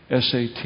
SAT